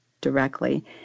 directly